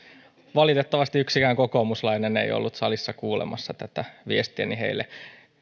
valitettavasti yksikään kokoomuslainen ei ollut salissa kuulemassa tätä viestiäni heille